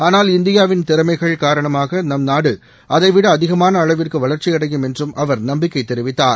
ஆனால் இந்தியாவின் திறமைகள் காரணமாக நம்நாடு அதைவிட அதிகமாள அளவிற்கு வளர்ச்சியடையும் என்றும் அவர் நம்பிக்கை தெரிவித்தார்